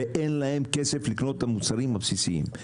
ואין להם כסף לקנות מוצרים בסיסיים.